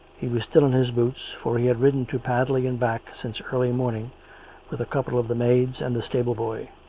he was still in his boots, for he had ridden to padley and back since early morning with a couple of the maids and the stable-boy.